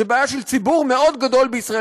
זו בעיה של ציבור מאוד גדול בישראל,